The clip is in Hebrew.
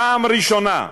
פעם ראשונה,